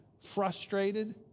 frustrated